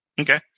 Okay